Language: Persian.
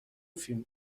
فیلم